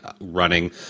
running